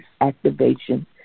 activation